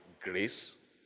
grace